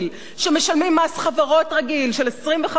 שמשלמים מס חברות רגיל של 25%?